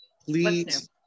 please